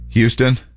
Houston